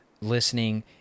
listening